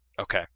okay